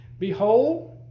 Behold